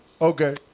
Okay